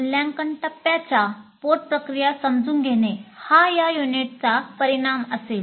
मूल्यांकन टप्प्याच्या उप प्रक्रिया समजून घेणे हा या युनिटचा परिणाम असेल